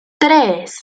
tres